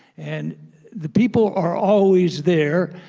and the people are always there,